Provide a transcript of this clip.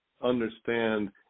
understand